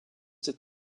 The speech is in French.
cette